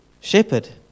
shepherd